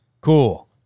cool